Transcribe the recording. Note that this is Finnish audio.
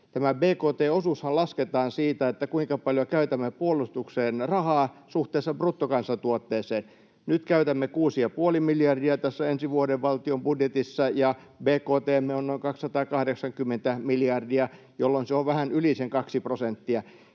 Tämä bkt-osuushan lasketaan siitä, kuinka paljon käytämme puolustukseen rahaa suhteessa bruttokansantuotteeseen. Nyt käytämme kuusi ja puoli miljardia tässä ensi vuoden valtion budjetissa, ja bkt:mme on noin 280 miljardia, jolloin se on vähän yli sen kaksi prosenttia.